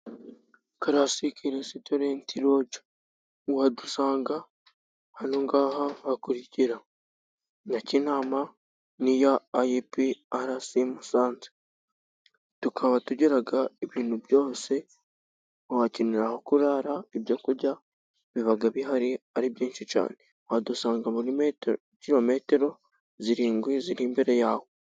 Calasiki resitorenti lodge, mwadusanga hano hakurikira, nyakinama n'iya ayipi arasi musanze, tukaba tugira ibintu byose, wakenera aho kurara, ibyo kurya biba bihari ari byinshi cyane, wadusanga muri kilometero zirindwi ziri imbere yawe.